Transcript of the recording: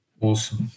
Awesome